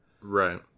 Right